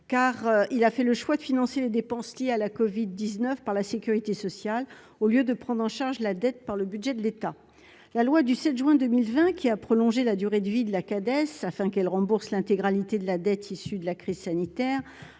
car il a fait le choix de financer les dépenses liées à la Covid 19 par la sécurité sociale au lieu de prendre en charge la dette par le budget de l'État, la loi du 7 juin 2020, qui a prolongé la durée de vie de la cadette afin qu'elle rembourse l'intégralité de la dette issue de la crise sanitaire